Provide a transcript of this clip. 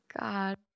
God